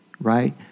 right